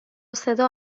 صدا